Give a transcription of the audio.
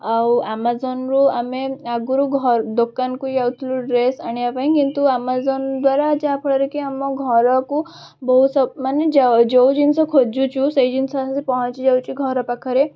ଆଉ ଆମାଜନ୍ରୁ ଆମେ ଆଗରୁ ଦୋକାନକୁ ଯାଉଥିଲୁ ଡ୍ରେସ୍ ଆଣିବା ପାଇଁ କିନ୍ତୁ ଆମାଜନ୍ ଦ୍ଵାରା ଯାହାଫଳରେ କି ଆମ ଘରକୁ ବହୁତ ସବୁ ମାନେ ଯେଉଁ ଜିନିଷ ଖୋଜୁଛୁ ସେହି ଜିନିଷ ଆସି ପହଁଞ୍ଚି ଯାଉଛି ଘରପାଖରେ